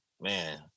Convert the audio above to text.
man